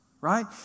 right